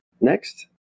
next